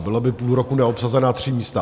Byla by půl roku neobsazená tři místa.